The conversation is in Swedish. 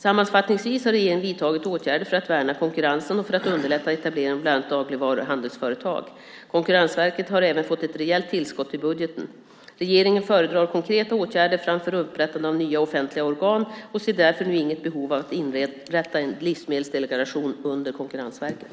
Sammanfattningsvis har regeringen vidtagit åtgärder för att värna konkurrensen och för och underlätta etableringen av bland annat dagligvaruhandelsföretag. Konkurrensverket har även fått ett rejält tillskott till budgeten. Regeringen föredrar konkreta åtgärder framför upprättandet av nya offentliga organ och ser därför nu inget behov av att inrätta en livsmedelsdelegation under Konkurrensverket.